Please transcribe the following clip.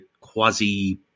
quasi